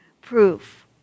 proof